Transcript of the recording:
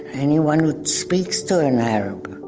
anyone who speaks to an arab.